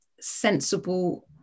sensible